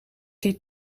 hier